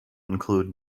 include